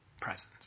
presence